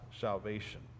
salvation